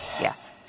yes